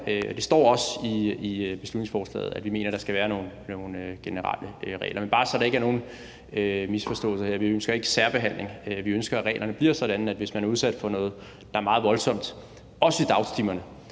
det står også i beslutningsforslaget, at vi mener, at der skal være nogle generelle regler – det er bare, så der ikke er nogen misforståelser her. Vi ønsker ikke særbehandling; vi ønsker, at reglerne bliver sådan, at hvis man er udsat for noget, der er meget voldsomt, også i dagtimerne,